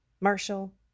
Marshall